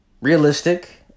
realistic